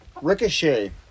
ricochet